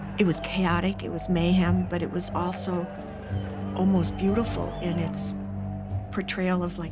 it was chaotic, it was mayhem, but it was also almost beautiful in its portrayal of, like,